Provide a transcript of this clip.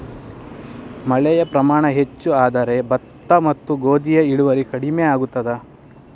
ಮಳೆಯ ಪ್ರಮಾಣ ಹೆಚ್ಚು ಆದರೆ ಭತ್ತ ಮತ್ತು ಗೋಧಿಯ ಇಳುವರಿ ಕಡಿಮೆ ಆಗುತ್ತದಾ?